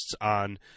on